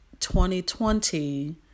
2020